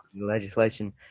Legislation